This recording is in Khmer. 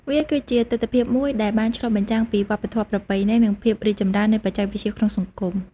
វាគឺជាទិដ្ឋភាពមួយដែលបានឆ្លុះបញ្ចាំងពីវប្បធម៌ប្រពៃណី និងភាពរីកចម្រើននៃបច្ចេកវិទ្យាក្នុងសង្គម។